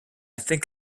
think